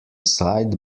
sight